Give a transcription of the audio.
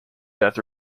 death